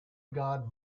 god